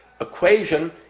equation